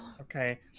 Okay